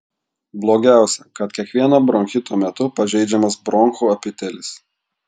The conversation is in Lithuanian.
blogiausia kad kiekvieno bronchito metu pažeidžiamas bronchų epitelis